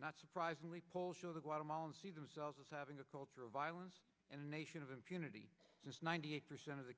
not surprisingly polls show the guatemalan see themselves as having a culture of violence and a nation of impunity just ninety eight percent of the